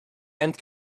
and